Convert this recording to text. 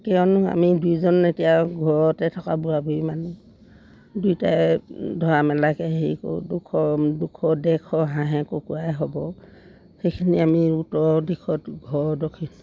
কিয়নো আমি দুয়োজন এতিয়া ঘৰতে থকা বুঢ়া বুঢ়ী মানুহ দুয়োটাই ধৰা মেলাকৈ হেৰি কৰোঁ দুশ দুশ ডেৰশ হাঁহে কুকুৰাই হ'ব সেইখিনি আমি উত্তৰ দিশত ঘৰ দক্ষিণ